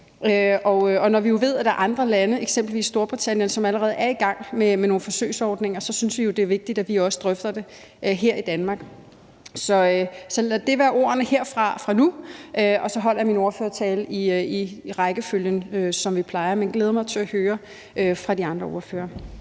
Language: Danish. når vi ved, at der er andre lande, eksempelvis Storbritannien, som allerede er i gang med nogle forsøgsordninger, synes vi jo, det er vigtigt, at vi også drøfter det her i Danmark. Så jeg vil lade det være ordene herfra for nu, og så holder jeg min ordførertale i talerrækken, som vi plejer. Jeg glæder mig til at høre fra de andre ordførere.